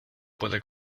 puede